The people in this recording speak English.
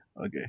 Okay